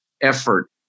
effort